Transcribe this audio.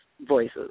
voices